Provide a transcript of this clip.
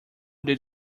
did